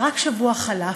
ורק שבוע חלף,